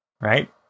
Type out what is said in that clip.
right